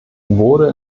wurde